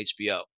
HBO